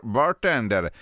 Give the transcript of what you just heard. bartender